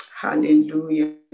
Hallelujah